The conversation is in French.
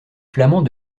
flamands